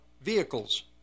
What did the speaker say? vehicles